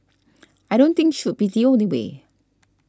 I don't think should be the only way